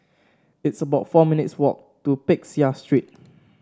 it's about four minutes' walk to Peck Seah Street